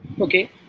Okay